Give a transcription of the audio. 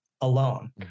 alone